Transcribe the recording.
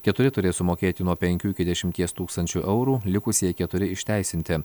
keturi turės sumokėti nuo penkių iki dešimties tūkstančių eurų likusieji keturi išteisinti